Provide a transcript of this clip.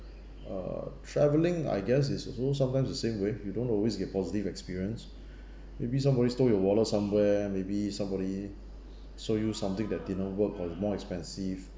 uh travelling I guess it's you know sometimes is the same way you don't always get positive experience maybe somebody stole your wallet somewhere maybe somebody sold you something that didn't work or is more expensive